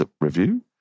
review